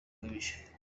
ugamije